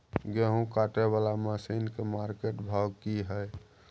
गेहूं काटय वाला मसीन के मार्केट भाव की हय?